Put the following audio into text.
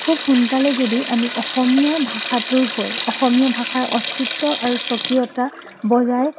খুব সোনকালে যদি আমি অসমীয়া ভাষাটোৰ হৈ অসমীয়া ভাষাৰ অস্তিত্ব আৰু স্বকীয়তা বজাই